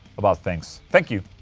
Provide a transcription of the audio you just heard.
about things. thank you.